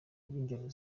b’ingeri